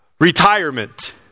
retirement